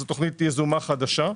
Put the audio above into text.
זו תוכנית יזומה חדשה.